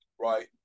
right